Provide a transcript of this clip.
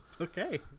Okay